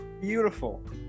Beautiful